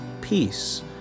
peace